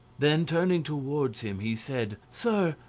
then, turning towards him, he said sir,